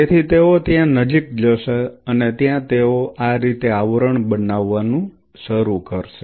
તેથી તેઓ ત્યાં નજીક જશે અને ત્યાં તેઓ આ રીતે આવરણ બનાવવાનું શરૂ કર્યું